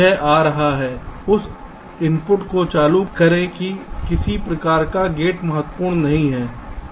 यह आ रहा है उस इनपुट को चालू करें कि किस प्रकार का गेट महत्वपूर्ण नहीं है